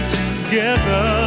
together